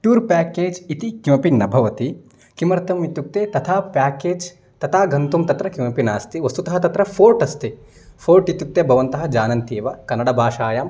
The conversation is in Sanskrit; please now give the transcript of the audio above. टूर् प्याकेज् इति किमपि न भवति किमर्थमित्युक्ते तथा प्याकेज् तथा गन्तुं तत्र किमपि नास्ति वस्तुतः तत्र फ़ोर्ट् अस्ति फ़ोर्ट् इत्युक्ते भवन्तः जानन्त्येव कन्नडभाषायाम्